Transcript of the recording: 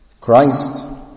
Christ